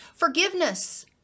forgiveness